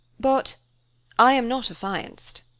but i am not affianced.